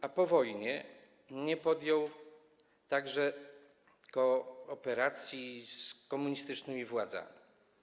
A po wojnie nie podjął także kooperacji z komunistycznymi władzami.